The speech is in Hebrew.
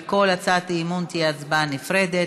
על כל הצעת אי-אמון תהיה הצבעה נפרדת,